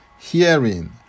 Hearing